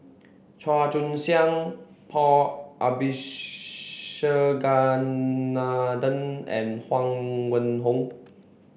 Chua Joon Siang Paul and Huang Wenhong